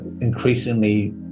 increasingly